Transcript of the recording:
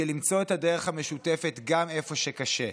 של למצוא את הדרך גם איפה שקשה.